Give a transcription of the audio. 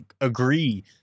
agree